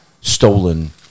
stolen